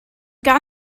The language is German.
gar